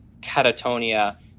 catatonia